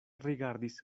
rigardis